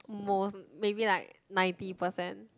most maybe like ninety percent